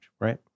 right